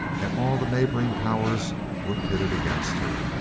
and all the neighboring powers were pitted against her.